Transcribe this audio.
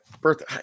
birthday